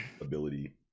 ability